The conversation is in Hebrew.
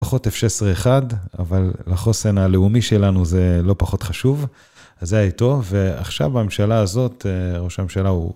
פחות F16 אחד, אבל לחוסן הלאומי שלנו זה לא פחות חשוב. אז זה היה איתו. ועכשיו הממשלה הזאת, ראש הממשלה הוא...